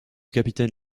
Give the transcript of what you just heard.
capitaine